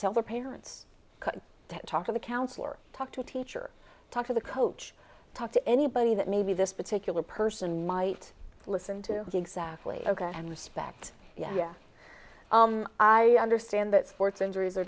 tell the parents to talk to the counselor talk to a teacher talk to the coach talk to anybody that maybe this particular person might listen to exactly ok and respect yeah i understand that sports injuries are